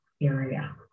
area